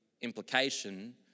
implication